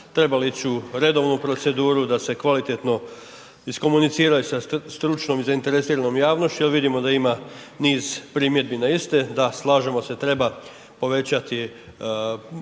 trebala ići u redovnu proceduru, da se kvalitetno iskomunicira i sa stručnom i zainteresiranom javnošću, jer vidimo da ima niz primjedbi na iste. Da slažemo se treba povećati